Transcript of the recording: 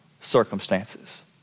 circumstances